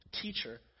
Teacher